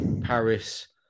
Paris